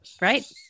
Right